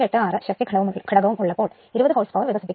86 ശക്തി ഘടകവും ഉള്ളപ്പോൾ 20 ഹോഴ്സ് പവർ വികസിപ്പിക്കുന്നു